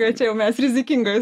kad čia jau mes rizikingoj